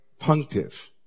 punctive